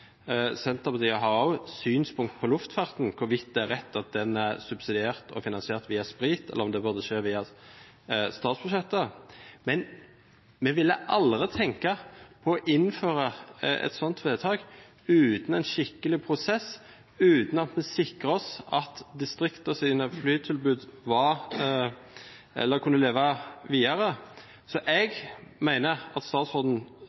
Senterpartiet også har synspunkter på luftfarten – hvorvidt det er rett at den er subsidiert og finansiert via sprit, eller om det burde skje via statsbudsjettet. Men vi ville aldri tenke på å innføre et slikt vedtak uten en skikkelig prosess, og uten at vi sikret oss at distriktenes flytilbud kunne leve videre. Jeg mener at statsråden